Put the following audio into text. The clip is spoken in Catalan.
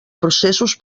processos